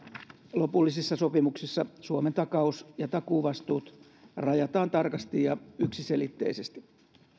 lopullisissa sopimuksissa suomen takaus ja takuuvastuut rajataan tarkasti ja yksiselitteisesti